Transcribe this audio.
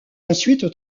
ensuite